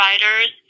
providers